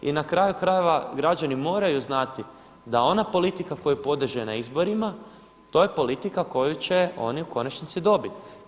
I na kraju krajeva građani moraju znati da ona politika koju podrže na izborima to je politika koju će oni u konačnici dobiti.